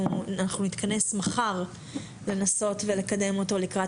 אנחנו נתכנס מחר לנסות ולקדם אותו לקראת